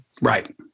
Right